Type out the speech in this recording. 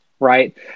right